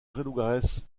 lugares